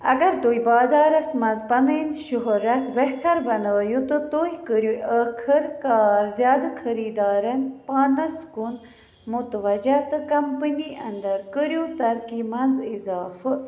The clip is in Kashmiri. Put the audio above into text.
اگر تُہۍ بازارَس منٛز پنٕنۍ شۄہرَت بہتر بنٲوِو تہٕ تُہۍ کٔرِو ٲخٕر کار زیادٕ خٔریٖدارن پانَس کُن متوجہ تہٕ کمپٔنی انٛدر کٔرِو ترقی منٛز اِضافہٕ